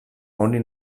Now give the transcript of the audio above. oni